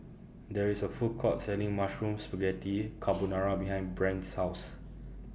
There IS A Food Court Selling Mushroom Spaghetti Carbonara behind Brent's House